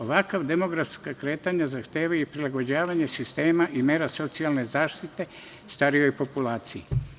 Ovakva demografska kretanja zahtevaju prilagođavanje sistema i mera socijalne zaštite starijoj populaciji.